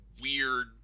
weird